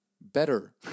better